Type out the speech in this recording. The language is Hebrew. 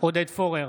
עודד פורר,